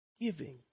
Giving